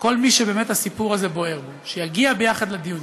שכל מי שהסיפור הזה בוער בו יגיע יחד לדיונים,